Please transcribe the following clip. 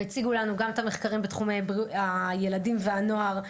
והציגו לנו גם את המחקרים בתחום הילדים והנוער.